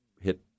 hit